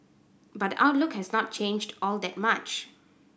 but the outlook has not changed all that much